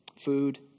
Food